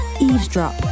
eavesdrop